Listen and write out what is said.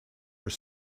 were